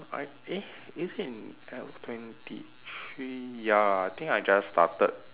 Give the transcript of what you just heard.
I eh is it in L twenty three ya I think I just started